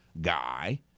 guy